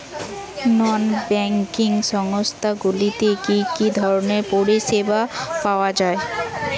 নন banking সংস্থা গুলিতে কি কি ধরনের পরিসেবা পাওয়া য়ায়?